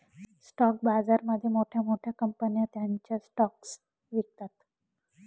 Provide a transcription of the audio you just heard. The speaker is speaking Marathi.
स्टॉक बाजारामध्ये मोठ्या मोठ्या कंपन्या त्यांचे स्टॉक्स विकतात